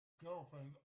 girlfriend